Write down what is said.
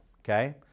okay